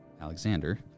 Alexander